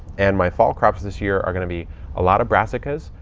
and my fall crops this year are going to be a lot of brassicas.